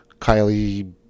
kylie